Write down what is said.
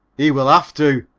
he will have to,